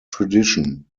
tradition